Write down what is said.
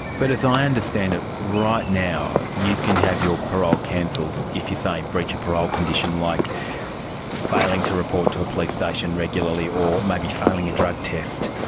but as i understand it, right now you can have your parole cancelled if you, say, breach a parole condition like failing to report to a police station regularly or maybe failing a drug test.